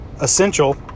essential